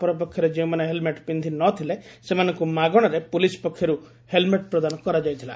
ଅପରାପକ୍ଷରେ ଯେଉଁମାନେ ହେଲମେଟ ପିବି ନଥିଲେ ସେମାନଙ୍ଙୁ ମାଗଶାରେ ପୋଲିସ ପକ୍ଷର୍ ହେଲମେଟ ପ୍ରଦାନ କରାଯାଇଥିଲା